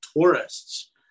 tourists